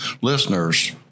listeners